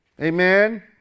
Amen